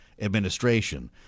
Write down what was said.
administration